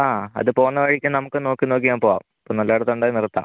ആ അത് പോകുന്ന വഴിക്ക് നമുക്ക് നോക്കി നോക്കിയങ്ങ് പോവാം ഇപ്പോൾ നല്ലയിടത്തുണ്ടെങ്കിൽ നിർത്താം